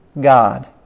God